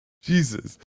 Jesus